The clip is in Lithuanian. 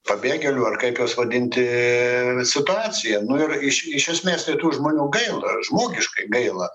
pabėgėlių ar kaip juos vadinti situaciją nu ir iš iš esmės tai tų žmonių gaila ir žmogiškai gaila